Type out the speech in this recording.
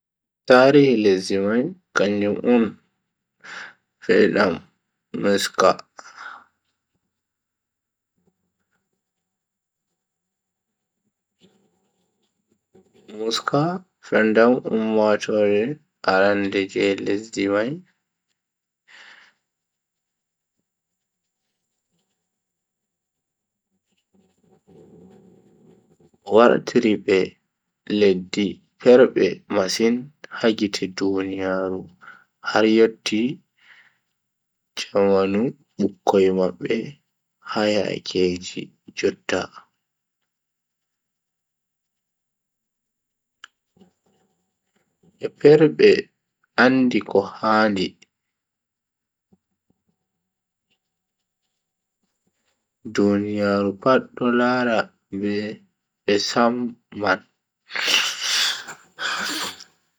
Tarihi lesdi mai kanjum on ferndam muisca. muisca ferndi ummatoore arande je lesdi mai, wati be letti perbe masin ha gite duniyaaru har yotti jamanu bikkoi mabbe ha yaake ji jotta. be perbe be andi ko handi. duniyaaru pat do lara be be saman.